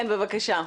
כן, בבקשה,